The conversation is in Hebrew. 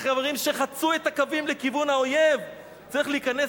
החברים שחצו את הקווים לכיוון האויב: "צריך להיכנס